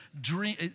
dream